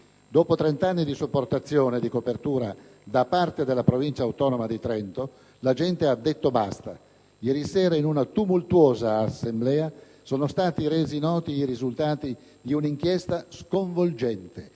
Dopo trent'anni di sopportazione e di copertura da parte della Provincia autonomia di Trento, la gente ha detto basta. Ieri sera in una tumultuosa assemblea sono stati resi noti i risultati di un'inchiesta sconvolgente,